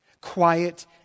quiet